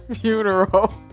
funeral